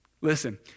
Listen